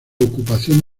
ocupación